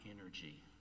energy